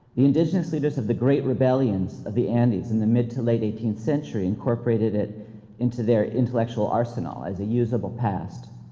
the indigenous leaders of the great rebellions of the andes in the mid to late eighteenth century incorporated it into their intellectual arsenal as a usable past.